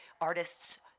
artists